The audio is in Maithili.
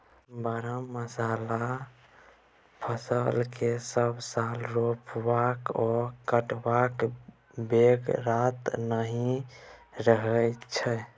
बरहमासा फसल केँ सब साल रोपबाक आ कटबाक बेगरता नहि रहै छै